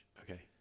Okay